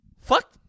Fuck